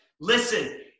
Listen